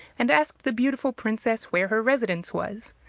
and asked the beautiful princess where her residence was.